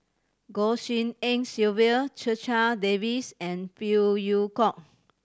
Goh Tshin En Sylvia Checha Davies and Phey Yew Kok